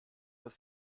das